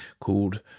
called